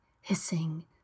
hissing